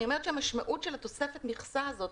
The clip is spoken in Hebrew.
אני אומרת שהמשמעות של התוספת מכסה הזאת,